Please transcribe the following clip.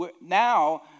now